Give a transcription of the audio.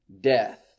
death